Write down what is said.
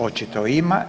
Očito ima.